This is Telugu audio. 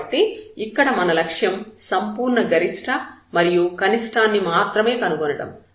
కాబట్టి ఇక్కడ మన లక్ష్యం సంపూర్ణ గరిష్ట మరియు కనిష్ఠాన్ని మాత్రమే కనుగొనటం